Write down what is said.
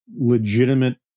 legitimate